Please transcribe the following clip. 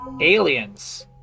aliens